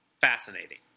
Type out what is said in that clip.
fascinating